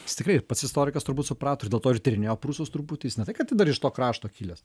jis tikrai ir pats istorikas turbūt suprato ir dėl to ir tyrinėjo prūsus turbūt jis ne tai kad dar iš to krašto kilęs